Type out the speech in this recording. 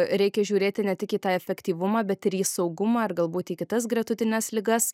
reikia žiūrėti ne tik į tą efektyvumą bet ir į saugumą ir galbūt į kitas gretutines ligas